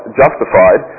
justified